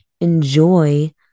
enjoy